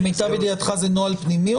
למיטב ידיעתך זה נוהל פנימי?